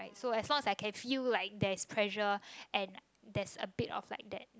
so as long as I can feel like there's pressure and there's a bit of like that that